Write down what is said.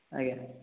ଆଜ୍ଞା